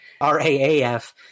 RAAF